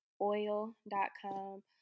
Oil.com